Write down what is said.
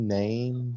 name